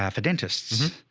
ah for dentists,